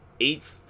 eight